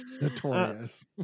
Notorious